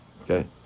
Okay